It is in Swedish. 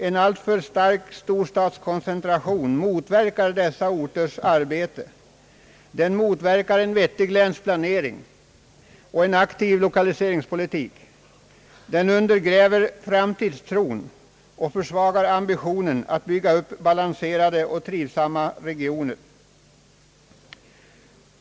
En alltför stark storstadskoncentration motverkar dessa orters arbete, en vettig länsplanering och en aktiv l1okaliseringspolitik. Den undergräver framtidstron och försvagar ambitionen att bygga upp balanserade och trivsamma regioner.